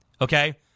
okay